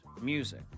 music